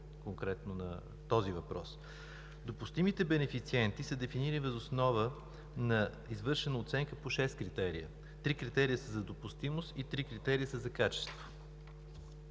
конкретно на този въпрос. Допустимите бенефициенти са дефинирани въз основа на извършена оценка по шест критерия – три критерия са за допустимост и три критерия са за качество.